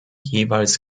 jeweils